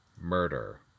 murder